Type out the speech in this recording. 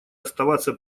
оставаться